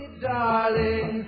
Darling